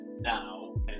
now